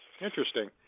Interesting